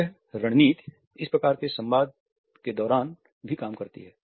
यह रणनीति इस प्रकार के संवादों के दौरान भी काम करती है